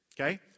Okay